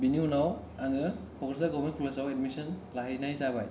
बिनि उनाव आङो क'क्राझार गभर्नमेन्ट कलेजाव एदमिसन लाहैनाय जाबाय